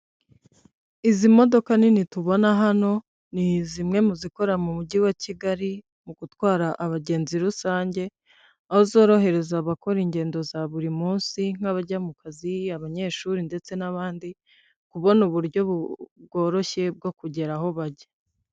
Izi modoka nini tubona hano, ni zimwe mu zikora mu mujyi wa Kigali, mu gutwara abagenzi rusange aho zorohereza abakora ingendo za buri munsi, nk'abajya mu kazi, abanyeshuri ndetse n'abandi kubona uburyo bworoshye bwo kugera aho bajya.